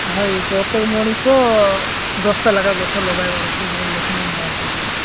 ହଏ ପ୍ରତ୍ୟେକ ମଣିଷ ଦଶଟା ଲେଖାଏଁ ଗଛ ଲଗାଇବାର ଅଛି ବୋଲି ଗୋଟେ ନିିୟମ ବାହାର କରିଲେ